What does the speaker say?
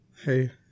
Hey